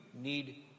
need